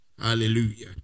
Hallelujah